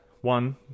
one